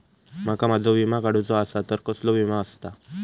माका माझो विमा काडुचो असा तर कसलो विमा आस्ता?